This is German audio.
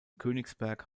königsberg